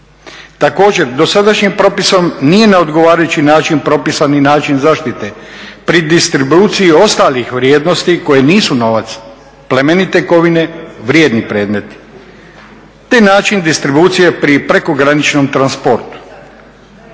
Također, dosadašnjim propisom nije na odgovarajući način propisani način zaštite pri distribuciji ostalih vrijednosti koje nisu novac, plemenite kovine, vrijedni predmeti, te način distribucije pri prekograničnom transportu.